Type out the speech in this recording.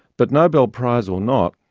but nobel prize or not,